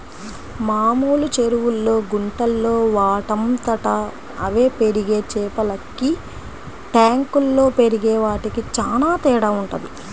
మామూలు చెరువుల్లో, గుంటల్లో వాటంతట అవే పెరిగే చేపలకి ట్యాంకుల్లో పెరిగే వాటికి చానా తేడా వుంటది